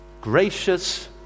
Gracious